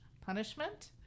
punishment